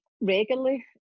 regularly